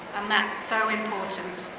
um that's so important.